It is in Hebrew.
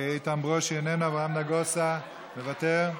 איתן ברושי, איננו, אברהם נגוסה, מוותר,